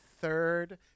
third